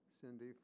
Cindy